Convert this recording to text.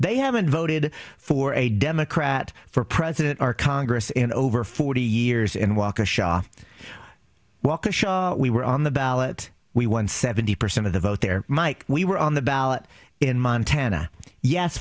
they haven't voted for a democrat for president or congress in over forty years and walk a shot well we were on the ballot we won seventy percent of the vote there mike we were on the ballot in montana yes